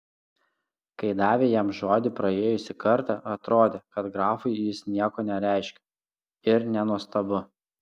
kai davė jam žodį praėjusį kartą atrodė kad grafui jis nieko nereiškia ir nenuostabu